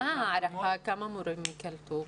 כמה מורים ייקלטו?